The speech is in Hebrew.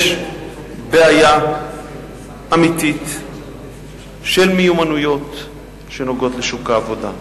יש בעיה אמיתית של מיומנויות שנוגעות לשוק העבודה,